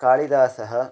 कालिदासः